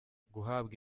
guhabwa